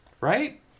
right